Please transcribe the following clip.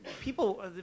people